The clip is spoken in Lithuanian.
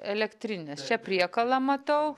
elektrinės čia priekalą matau